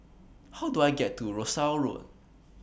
How Do I get to Rosyth Road